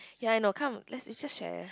ya I know come let's just share